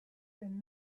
been